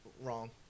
Wrong